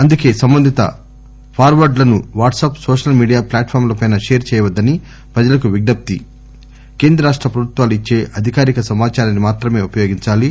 అందుకే సంబంధిత ఫార్వర్గ్ లను వాట్స్ నోషల్ మీడియా ప్లాట్ ఫాంలపై షేర్ చేయవద్గని ప్రజలకు విజ్ఞప్తి కేంద్ర రాష్ట ప్రభుత్వాలు ఇచ్చే అధికారిక సమాచారాన్సి మాత్రమే ఉపయోగించాలి